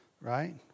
Right